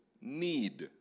need